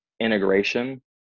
integration